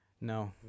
No